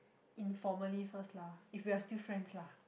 informally first lah if we are still friends lah